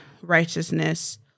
righteousness